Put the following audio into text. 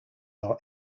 are